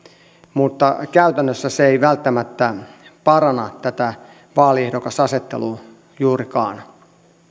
mutta käytännössä se ei välttämättä paranna tätä vaaliehdokasasettelua juurikaan